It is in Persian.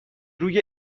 روی